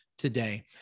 today